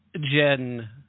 Jen